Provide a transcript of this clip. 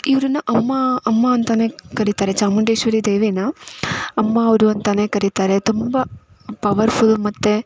ಇವರನ್ನ ಅಮ್ಮ ಅಮ್ಮ ಅಂತಲೇ ಕರಿತಾರೆ ಚಾಮುಂಡೇಶ್ವರಿ ದೇವಿನ ಅಮ್ಮ ಅವ್ರು ಅಂತಲೇ ಕರಿತಾರೆ ತುಂಬ ಪವರ್ಫುಲ್ ಮತ್ತು